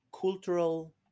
cultural